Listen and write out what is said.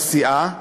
כל סיעה,